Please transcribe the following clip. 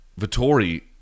Vittori